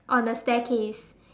on the staircase